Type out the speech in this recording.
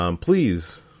Please